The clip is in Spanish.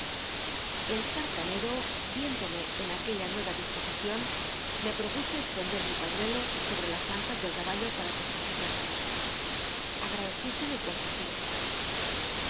el tal'tanero viéndome en aquella nueva disposicion me wopuso extendet mi paííuelo sobte las ancas del caballo para que se secase agpadccisclo y consen